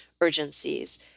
urgencies